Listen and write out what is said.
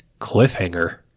Cliffhanger